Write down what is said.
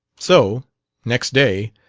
so next day,